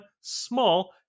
small